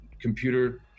computer